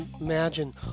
imagine